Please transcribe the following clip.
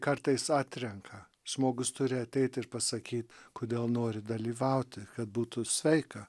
kartais atrenka žmogus turi ateit ir pasakyt kodėl nori dalyvauti kad būtų sveika